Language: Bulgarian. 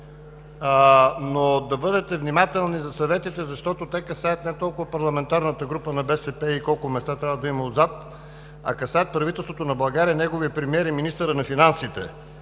но да бъдете внимателни за съветите, защото те касаят не толкова парламентарната група на „БСП за България“ и колко места трябва да има отзад, а касаят правителството на България, нейния премиер и министъра на финансите